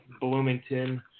Bloomington